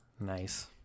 Nice